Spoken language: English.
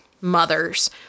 mothers